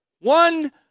one